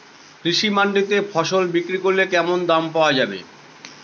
কৃষি মান্ডিতে ফসল বিক্রি করলে কেমন দাম পাওয়া যাবে?